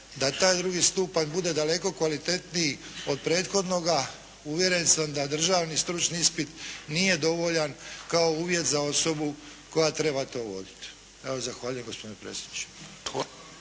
da taj drugi stupanj bude daleko kvalitetniji od prethodnoga, uvjeren sam da državni stručni ispit nije dovoljan kao uvjet za osobu koja treba to voditi. Evo, zahvaljujem gospodine predsjedniče.